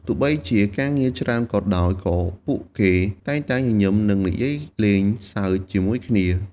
ទោះបីជាការងារច្រើនក៏ដោយ ក៏ពួកគេតែងតែញញឹម និងនិយាយលេងសើចជាមួយគ្នា។